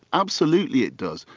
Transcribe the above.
absolutely it does.